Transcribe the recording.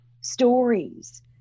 stories